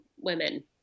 women